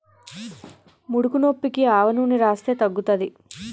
ముడుకునొప్పికి ఆవనూనెని రాస్తే తగ్గుతాది